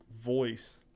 voice